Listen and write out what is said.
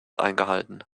eingehalten